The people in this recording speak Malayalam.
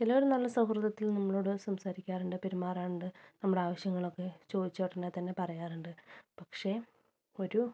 ചിലവര് നല്ല സൗഹൃദത്തിൽ നമ്മളോട് സംസാരിക്കാറുണ്ട് പെരുമാറാറുണ്ട് നമ്മളുടെ ആവശ്യങ്ങൾ ഒക്കെ ചോദിച്ച ഉടനെ തന്നെ പറയാറുണ്ട് പക്ഷെ ഒരു